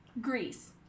greece